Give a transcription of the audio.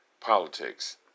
politics